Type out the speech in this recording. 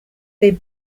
they